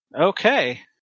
Okay